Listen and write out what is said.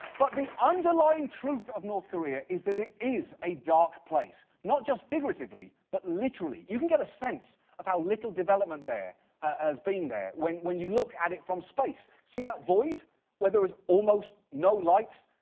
but the underlying truth of north korea is that it is a dark place, not just figuratively, but literally. you can get a sense of how little development there has been there when when you look at it from space. see that void where there is almost no lights?